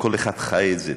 שכל אחד חי את זה,